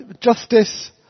Justice